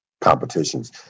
competitions